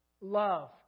love